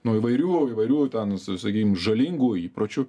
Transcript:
nuo įvairių įvairių ten sakykim žalingų įpročių